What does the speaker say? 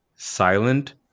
silent